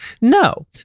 No